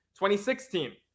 2016